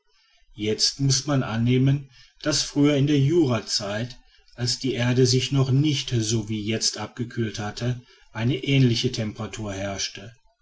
jetzt muß man annehmen daß früher in der jurazeit als die erde sich noch nicht so wie jetzt abgekühlt hatte eine ähnliche temperatur herrschte